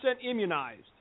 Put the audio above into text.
immunized